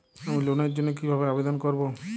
আমি লোনের জন্য কিভাবে আবেদন করব?